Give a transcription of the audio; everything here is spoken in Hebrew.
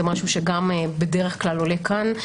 זה משהו שבדרך כלל עולה כאן.